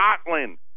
Scotland